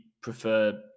prefer